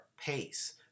pace